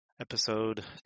episode